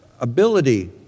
ability